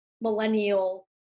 millennial